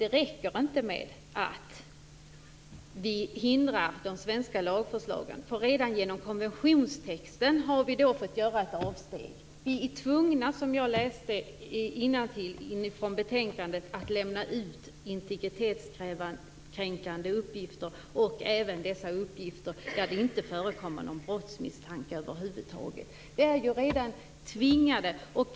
Det räcker inte med att vi hindrar de svenska lagförslagen. Redan genom konventionstexten har vi fått göra avsteg. Vi är tvungna, som jag har läst innantill i betänkandet, att lämna ut integritetskränkande uppgifter och även uppgifter i fall där det över huvud taget inte finns någon brottsmisstanke.